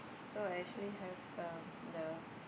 so actually have um the